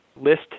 list